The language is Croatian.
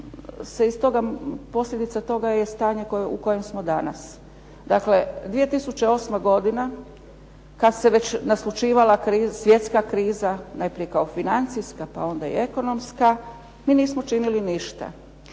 posljedica toga je stanje u kojem smo danas. Dakle, 2008. godina kada se već naslućivala svjetska kriza, najprije kao financijska pa onda i ekonomska, mi nismo činili ništa.